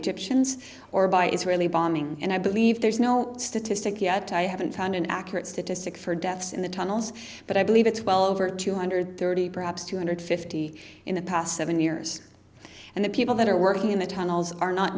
egyptians or by israeli bombing and i believe there's no statistic yet i haven't found an accurate statistic for deaths in the tunnels but i believe it's well over two hundred thirty perhaps two hundred fifty in the past seven years and the people that are working in the tunnels are not